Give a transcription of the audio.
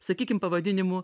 sakykim pavadinimu